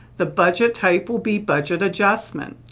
the budget type will be budget adjustment.